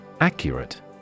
Accurate